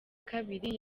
kabiri